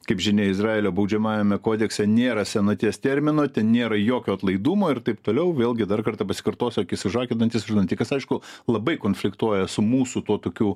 kaip žinia izraelio baudžiamajame kodekse nėra senaties termino ten nėra jokio atlaidumo ir taip toliau vėlgi dar kartą pasikartosiu akis už akį dantis už dantį kas aišku labai konfliktuoja su mūsų tuo tokiu